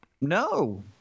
No